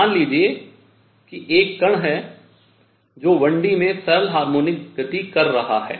मान लीजिए कि एक कण है जो 1D में सरल हार्मोनिक गति कर रहा है